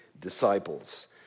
disciples